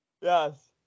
Yes